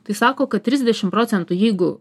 tai sako kad trisdešim procentų jeigu